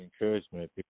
encouragement